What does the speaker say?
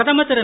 பிரதமர் திரு